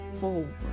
forward